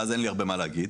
ואז אין לי הרבה מה להגיד,